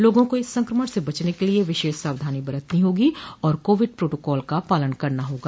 लोगों को इस संक्रमण से बचने के लिये विशेष सावधानी बरतनी होगी और काविड प्रोटोकॉल का पालन करना होगा